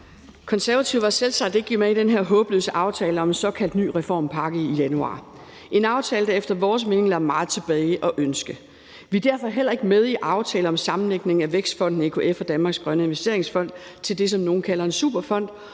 Konservative var selvsagt ikke med i den her håbløse aftale om en såkaldt ny reformpakke i januar – en aftale, der efter vores mening lader meget tilbage at ønske. Vi er derfor heller ikke med i aftale om sammenlægningen af Vækstfonden, EKF Danmarks Eksportkredit og Danmarks Grønne Investeringsfond til det, som nogle kalder en superfond,